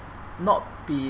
not be